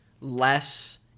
less